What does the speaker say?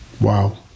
Wow